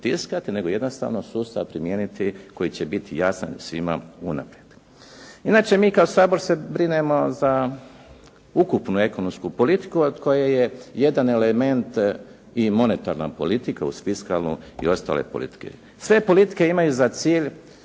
nego jednostavno sustav primijeniti koji će biti jasan svima unaprijed. Inače mi kao Sabor se brinemo za ukupnu ekonomsku politiku od kojih je jedan element i monetarna politika uz fiskalnu i ostale politike. Sve politike imaju za cilj